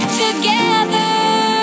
together